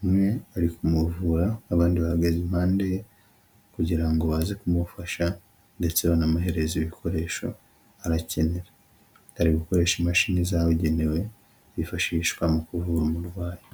umwe ari kumuvura abandi bahagaze impande ye kugira ngo baze kumufasha ndetse banamuhereze ibikoresho arakenera. Ari gukoresha imashini zabugenewe zifashishwa mu kuvura umurwayi.